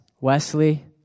Wesley